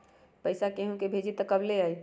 पैसा केहु भेजी त कब ले आई?